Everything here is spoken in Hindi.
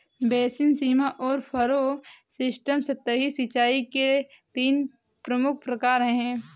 बेसिन, सीमा और फ़रो सिस्टम सतही सिंचाई के तीन प्रमुख प्रकार है